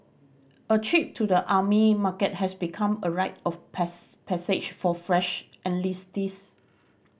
a trip to the Army Market has become a rite of passage for fresh enlistees